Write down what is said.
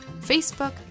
Facebook